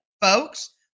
folks